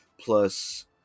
plus